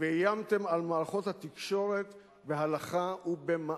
ואיימתם על מערכות התקשורת בהלכה ובמעשה.